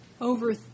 over